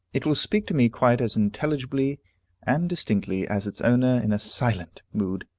it will speak to me quite as intelligibly and distinctly as its owner in a silent mood,